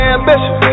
Ambition